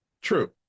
True